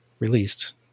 released